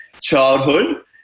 childhood